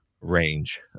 range